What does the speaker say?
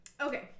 Okay